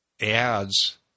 ads